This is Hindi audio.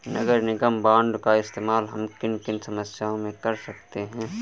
नगर निगम बॉन्ड का इस्तेमाल हम किन किन समस्याओं में कर सकते हैं?